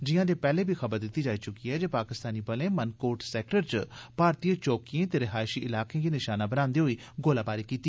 जियां जे बड्डलै बी खबर दिती जाई चुकी दी ऐ जे पाकिस्तानी बलें मनकोट सेक्टर च भारतीय चौकिएं ते रिहायशी इलाकें गी नशाना बनान्दे होई गोलाबारी कीती